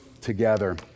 together